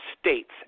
states